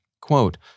Quote